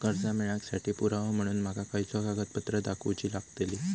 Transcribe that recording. कर्जा मेळाक साठी पुरावो म्हणून माका खयचो कागदपत्र दाखवुची लागतली?